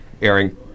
airing